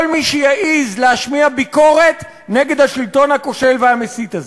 כל מי שיעז להשמיע ביקורת נגד השלטון הכושל והמסית הזה.